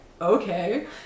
okay